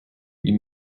you